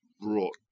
brought